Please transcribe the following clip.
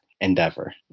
endeavor